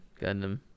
Gundam